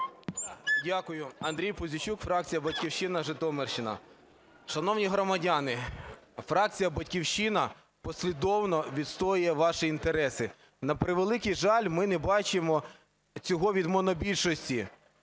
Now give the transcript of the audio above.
Дякую. Андрій Пузійчук, фракція "Батьківщина", Житомирщина. Шановні громадяни, фракція "Батьківщина" послідовно відстоює ваші інтереси. На превеликий жаль, ми не бачимо цього від монобільшості